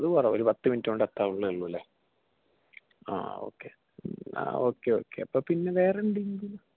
അതു പറ ഒരു പത്ത് മിനിറ്റ് കൊണ്ട് എത്താവുള്ളൂള്ളേ ആ ഓക്കേ ഓക്കേ ഓക്കേ പിന്നെ വേറെ എന്തെങ്കിലും